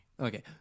Okay